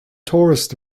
tourists